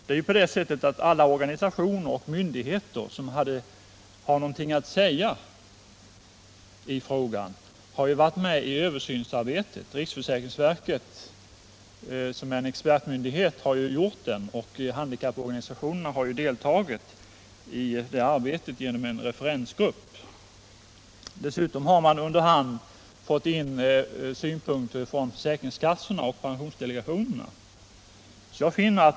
Om förbättrad Alla organisationer och myndigheter som har någonting att säga i frågan — handikappersätthar varit med i översynsarbetet. Översynen har gjorts av riksförsäkrings — ning verket, som är en expertmyndighet, och handikapporganisationerna har deltagit i arbetet genom en referensgrupp. Dessutom har man under hand fått in synpunkter från försäkringskassorna och pensionsdelegationerna.